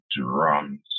drums